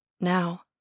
Now